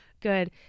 good